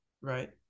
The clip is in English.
Right